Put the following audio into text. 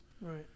Right